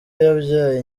yabyaye